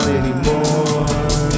anymore